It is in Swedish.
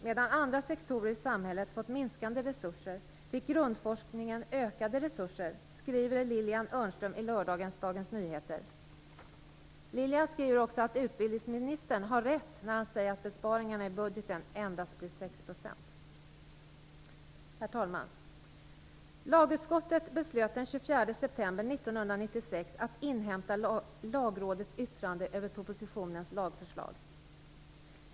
Medan andra sektorer i samhället fått minskande resurser fick grundforskningen ökade resurser, skriver Lilian Öhrnström i lördagens Dagens Nyheter. Hon skriver också att utbildningsministern har rätt när han säger att besparingarna i budgeten endast blir Herr talman! Lagutskottet beslöt den 24 september 1996 att inhämta Lagrådets yttrande över propositionens lagförslag.